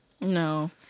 No